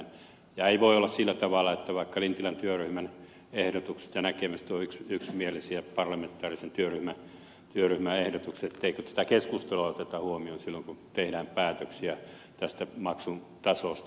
ei voi olla sillä tavalla että vaikka lintilän työryhmän ehdotukset ja näkemykset ovat yksimielisiä parlamentaarisen työryhmän ehdotuksia ettei tätä keskustelua oteta huomioon silloin kun tehdään päätöksiä tämän maksun tasosta